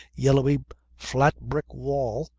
yellowy, flat brick wall,